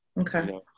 Okay